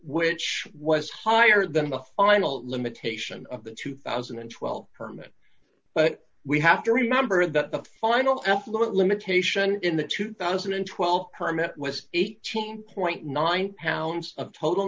which was higher than the final limitation of the two thousand and twelve permit but we have to remember that the final effluent limitation in the two thousand and twelve permit was eighteen dollars pounds of total